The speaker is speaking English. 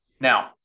Now